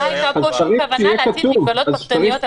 לא הייתה פה שום כוונה להטיל מגבלות פרטניות.